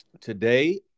today